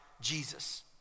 Jesus